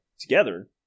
together